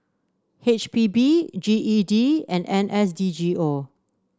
H P B G E D and N S D G O